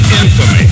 infamy